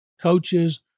Coaches